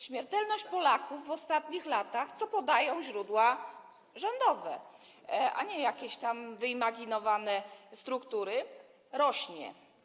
Śmiertelność Polaków w ostatnich latach, co podają źródła rządowe, a nie jakieś tam wyimaginowane struktury, rośnie.